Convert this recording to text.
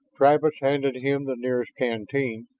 travis handed him the nearest canteen,